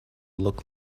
look